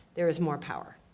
there is more power.